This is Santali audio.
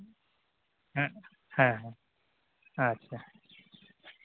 ᱦᱮᱸ ᱦᱮᱸ ᱦᱮᱸ ᱟᱪᱪᱷᱟ